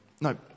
no